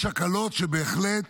יש הקלות שבהחלט